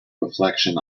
reflection